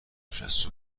شصت